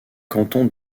cantons